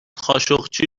خاشقچی